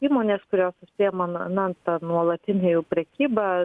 įmonės kurios užsiima na nan ta nuolatine jau prekyba